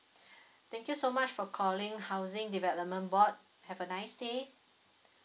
thank you so much for calling housing development board have a nice day